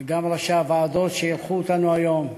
וגם ראשי הוועדות שאירחו אותנו היום,